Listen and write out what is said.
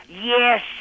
Yes